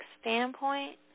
standpoint